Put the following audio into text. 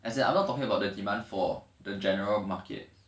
as in I'm not talking about the demand for the general market